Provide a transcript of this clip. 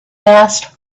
asked